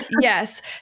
yes